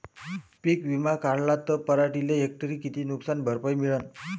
पीक विमा काढला त पराटीले हेक्टरी किती नुकसान भरपाई मिळीनं?